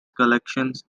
collections